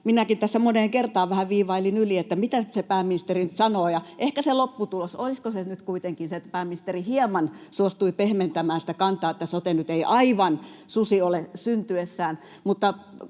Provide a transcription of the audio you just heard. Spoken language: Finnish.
minäkin tässä moneen kertaan vähän viivailin yli, että mitäs se pääministeri nyt sanoo. Ja olisiko ehkä se lopputulos nyt kuitenkin se, että pääministeri hieman suostui pehmentämään sitä kantaa, että sote nyt ei aivan susi ole syntyessään?